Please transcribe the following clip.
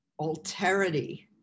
alterity